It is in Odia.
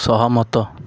ସହମତ